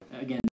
again